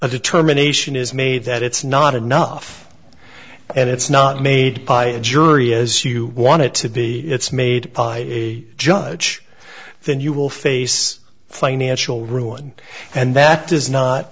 a determination is made that it's not enough and it's not made by a jury as you want it to be it's made by a judge then you will face financial ruin and that does not